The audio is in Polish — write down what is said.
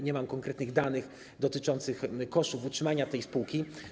Nie mam konkretnych danych dotyczących kosztów utrzymania tej spółki.